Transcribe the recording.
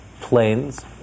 Planes